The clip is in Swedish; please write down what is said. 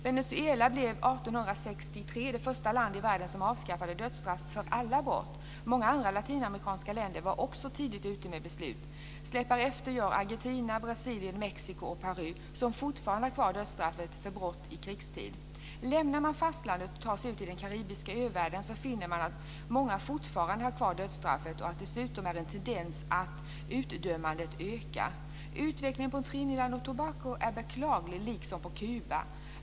Venezuela blev 1863 det första land i världen som avskaffade dödsstraffet för alla brott. Många andra latinamerikanska länder var också tidigt ute med beslut. Släpar efter gör Argentina, Brasilien, Mexiko och Peru som fortfarande har kvar dödsstraffet för brott i krigstid. Om man lämnar fastlandet och tar sig ut i den karibiska övärlden finner man att många fortfarande har kvar dödsstraffet och att det dessutom finns en tendens att utdömandet ökar. Utvecklingen på Trinidad och Tobago är beklaglig, liksom den på Kuba.